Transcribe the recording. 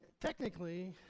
technically